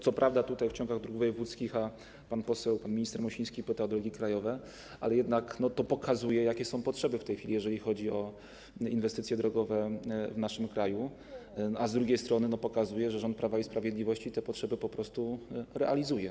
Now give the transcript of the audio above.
Co prawda tutaj w ciągach dróg wojewódzkich, a pan poseł, pan minister Mosiński pyta o drogi krajowe, ale jednak to pokazuje, jakie są w tej chwili potrzeby, jeżeli chodzi o inwestycje drogowe w naszym kraju, a z drugiej strony pokazuje też, że rząd Prawa i Sprawiedliwości te potrzeby po prostu realizuje.